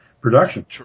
production